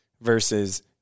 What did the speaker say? versus